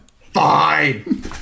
Fine